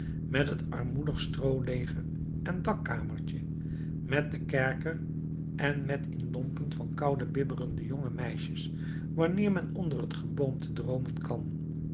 met het armoedig strooleger en dakkamertje met den kerker en met in lompen van koude bibberende jonge meisjes wanneer men onder het geboomte droomen kan